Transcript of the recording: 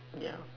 yeah